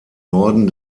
norden